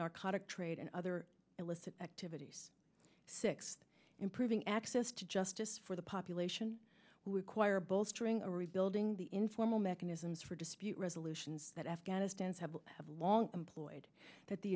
narcotic trade and other illicit activities six improving access to justice for the population who require bolstering a rebuilding the informal mechanisms for dispute resolutions that afghanistan's have had long employed that the